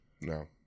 no